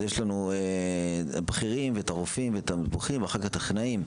אז יש לנו בכירים ואת הרופאים ואת המתמחים ואחר כך טכנאים,